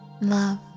love